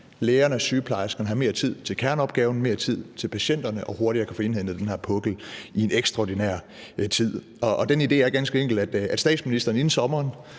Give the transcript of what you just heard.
lægerne og sygeplejerskerne har mere tid til kerneopgaven, mere tid til patienterne og hurtigere kan få nedbragt den her pukkel i en ekstraordinær tid. Den idé er ganske enkel, at statsministeren inden sommeren